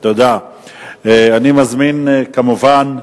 אני מזמין, כמובן,